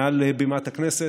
מעל בימת הכנסת,